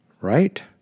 right